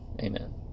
Amen